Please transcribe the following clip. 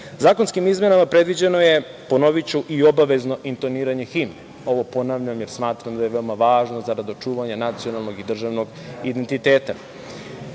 prosvete. Zakonskim izmenama predviđeno je, ponoviću, i obavezno intoniranje himne. Ovo ponavljam, jer smatram da je veoma važno zarad očuvanja nacionalnog i državnog identiteta